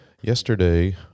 Yesterday